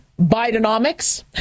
Bidenomics